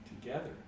together